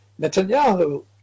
Netanyahu